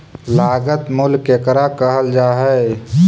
लागत मूल्य केकरा कहल जा हइ?